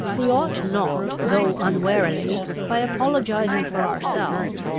we ought not, though unwarily, by apologising for ourselves,